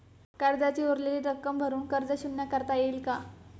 कर्जाची उरलेली रक्कम भरून कर्ज शून्य करता येईल का?